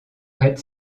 red